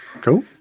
cool